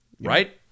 Right